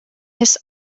his